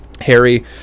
Harry